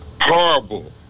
horrible